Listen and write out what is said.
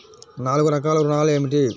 నాలుగు రకాల ఋణాలు ఏమిటీ?